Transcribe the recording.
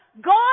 God